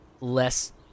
less